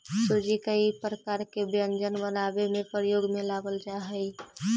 सूजी कई प्रकार के व्यंजन बनावे में प्रयोग में लावल जा हई